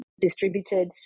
distributed